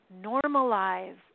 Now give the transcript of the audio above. normalize